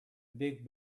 big